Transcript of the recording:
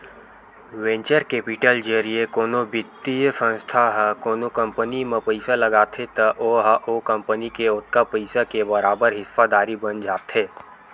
venture capital जरिए कोनो बित्तीय संस्था ह कोनो कंपनी म पइसा लगाथे त ओहा ओ कंपनी के ओतका पइसा के बरोबर हिस्सादारी बन जाथे